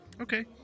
Okay